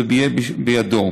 זה יהיה בידו.